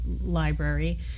library